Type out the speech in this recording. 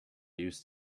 used